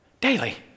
daily